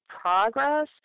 progress